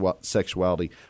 sexuality